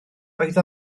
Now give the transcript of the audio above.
oedd